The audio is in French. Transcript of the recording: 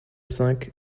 cinq